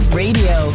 radio